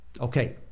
Okay